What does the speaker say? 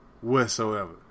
whatsoever